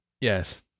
Yes